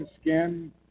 skin